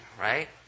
right